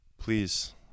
Please